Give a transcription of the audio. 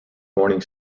morning